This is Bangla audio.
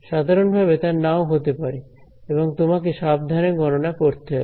সাধারণভাবে তা নাও হতে পারে এবং তোমাকে সাবধানে গণনা করতে হবে